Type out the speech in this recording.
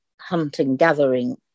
hunting-gathering